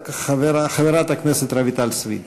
חברת הכנסת רויטל סויד.